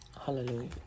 Hallelujah